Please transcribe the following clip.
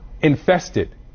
Infested